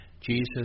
Jesus